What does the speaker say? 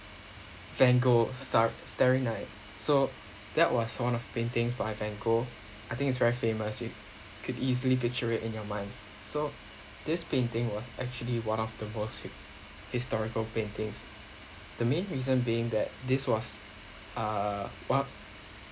van gogh stark staring night so that was sort of paintings by van gogh I think it's very famous it could easily picture in your mind so this painting was actually one of the most with historical paintings the main reason being that this was a walk